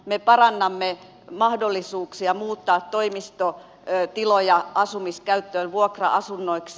me parannamme mahdollisuuksia muuttaa toimistotiloja asumiskäyttöön vuokra asunnoiksi